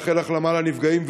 לאחל החלמה לנפגעים,